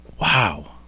Wow